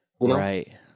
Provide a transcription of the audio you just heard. Right